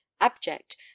abject